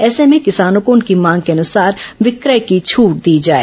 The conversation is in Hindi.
ऐसे में किसानों को उनकी मांग के अनुसार विक्रय की छूट दी जाए